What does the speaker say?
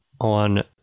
on